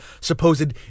supposed